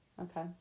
Okay